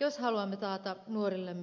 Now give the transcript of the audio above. jos haluamme taata nuorillemme valoisan tulevaisuuden